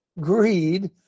greed